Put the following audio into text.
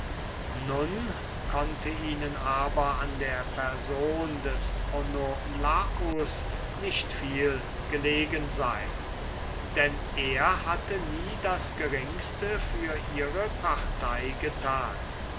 nun konnte ihnen aber an der person des onolaus selbst nicht viel gelegen sein denn er hatte nie das geringste für ihre partei getan